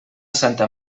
santa